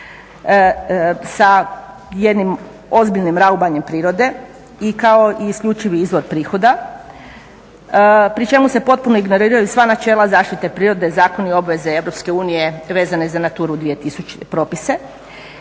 sa jednim ozbiljnim raubanjem prirode i kao isključivi izvor prihoda pri čemu se potpuno ignoriraju sva načela zaštite prirode, zakoni i obveze EU vezane za Naturu 2000 propise